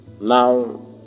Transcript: now